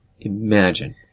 imagine